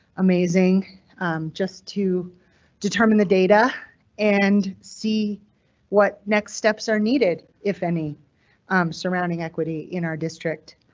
amazing just to determine the data and see what next steps are needed, if any surrounding equity in our district.